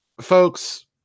folks